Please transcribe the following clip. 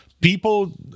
people